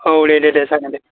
औ दे दे दे जागोन दे